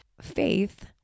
faith